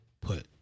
put